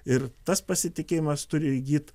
ir tas pasitikėjimas turi įgyt